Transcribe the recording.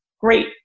great